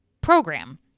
program